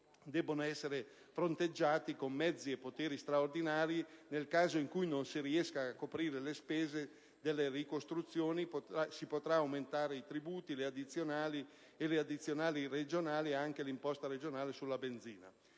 debbono essere fronteggiati con mezzi e poteri straordinari, nel caso in cui non riescano a coprire le spese della ricostruzione, di aumentare i tributi, le addizionali, le addizionali regionali e anche l'imposta regionale sulla benzina.